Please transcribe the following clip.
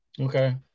Okay